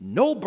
no